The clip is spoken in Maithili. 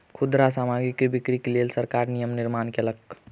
खुदरा सामग्रीक बिक्रीक लेल सरकार नियम निर्माण कयलक